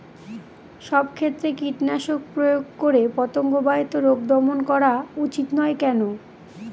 সব ক্ষেত্রে কীটনাশক প্রয়োগ করে পতঙ্গ বাহিত রোগ দমন করা উচিৎ নয় কেন?